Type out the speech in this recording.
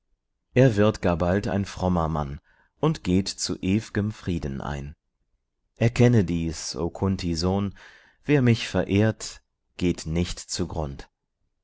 er wird gar bald ein frommer mann und geht zu ew'gem frieden ein erkenne dies o kunt sohn wer mich verehrt geht nicht zugrund